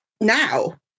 now